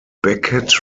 beckett